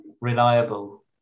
reliable